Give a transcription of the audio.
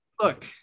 Look